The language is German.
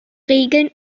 regeln